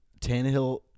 Tannehill